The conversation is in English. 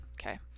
okay